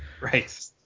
Right